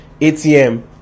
ATM